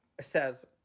Says